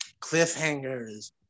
cliffhangers